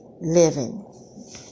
living